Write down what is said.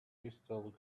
crystal